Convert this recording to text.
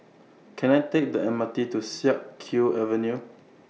Can I Take The M R T to Siak Kew Avenue